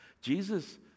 Jesus